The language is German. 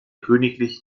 königlich